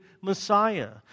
Messiah